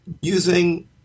using